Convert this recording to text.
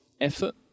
effort